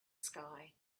sky